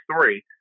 three